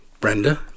Brenda